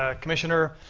ah commissioner.